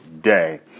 day